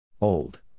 Old